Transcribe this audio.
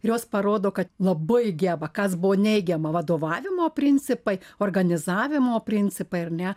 ir jos parodo kad labai geba kas buvo neigiama vadovavimo principai organizavimo principai ar ne